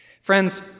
Friends